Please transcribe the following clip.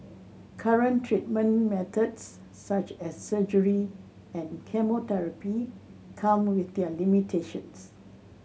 current treatment methods such as surgery and chemotherapy come with their limitations